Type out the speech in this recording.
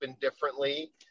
differently